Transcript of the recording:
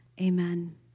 Amen